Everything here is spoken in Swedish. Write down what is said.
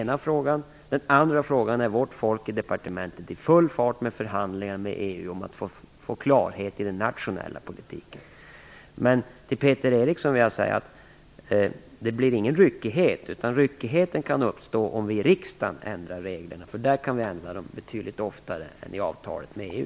När det gäller den andra frågan är vårt folk på departementet i full fart med förhandlingar med EU för att få klarhet i den nationella politiken. Det blir ingen ryckighet här. Ryckigheten kan uppstå om vi i riksdagen ändrar reglerna. Där kan vi ändra dem betydligt oftare än i avtalet med EU.